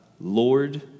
Lord